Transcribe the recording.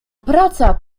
praca